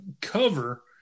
cover